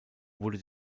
wurde